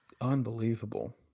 Unbelievable